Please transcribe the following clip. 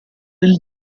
del